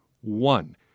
One